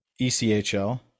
echl